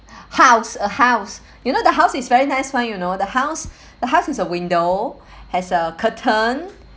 house a house you know the house is very nice [one] you know the house the house has a window has a curtain